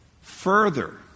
Further